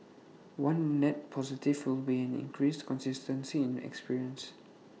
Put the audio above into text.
one net positive will be an increased consistency in experience